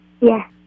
Yes